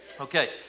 Okay